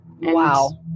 wow